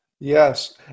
Yes